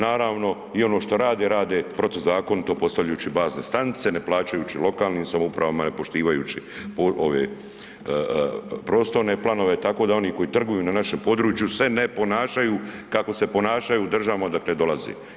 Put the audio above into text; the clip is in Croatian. Naravno i ono što rade, rade protuzakonito postavljajući bazne stanice ne plaćajući lokalnim samoupravama, ne poštivajući ove prostorne planove, tako da oni koji trguju na našem području se ne ponašaju kako se ponašaju u državama odakle dolaze.